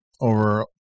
over